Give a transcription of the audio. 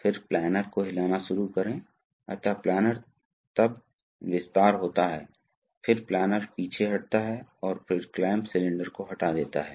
तो इसलिए ए को सील कर दिया गया था अब हमारे पास यह एक संकीर्ण के रूप में है इसलिए इस स्थिति में पंप बी से जुड़ा हुआ है और टैंक ए से जुड़ा हुआ है